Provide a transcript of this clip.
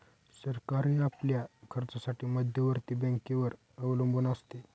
सरकारही आपल्या खर्चासाठी मध्यवर्ती बँकेवर अवलंबून असते